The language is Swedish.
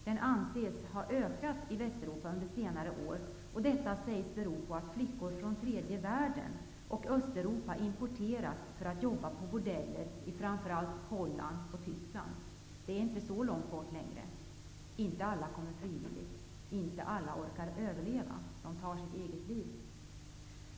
Den anses ha ökat under senare år i Västeuropa, och det sägs bero på att flickor från tredje världen och från Östeuropa importeras för att jobba på bordeller i framför allt Holland och Tyskland. Det är inte så långt bort. Alla kommer inte frivilligt, och alla orkar inte överleva, utan tar sitt eget liv.